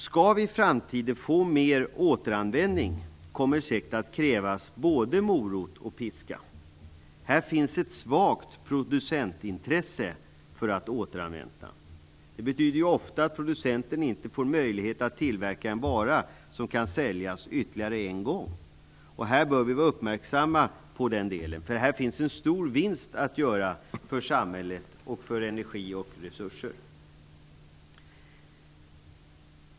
Skall vi i framtiden få mer återanvändning kommer det säkert att krävas både morot och piska. Producentintresset för återanvändning är svagt. Återanvändning betyder ju ofta att producenten inte får möjlighet att tillverka en vara som kan säljas ytterligare en gång. Vi bör vara uppmärksamma på detta, för här finns en stor vinst att göra för samhället vad gäller energi och resurser.